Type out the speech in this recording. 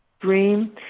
dream